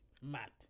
mad